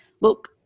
look